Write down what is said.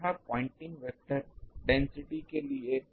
यह Poynting vector density के लिए है